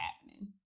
happening